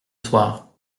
soir